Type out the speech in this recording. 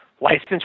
licensed